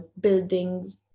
buildings